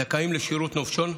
זכאים לשירות נופשון.